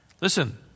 Listen